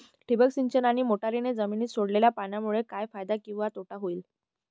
ठिबक सिंचन आणि मोटरीने जमिनीत सोडलेल्या पाण्यामुळे काय फायदा किंवा तोटा होईल?